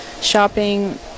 shopping